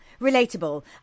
relatable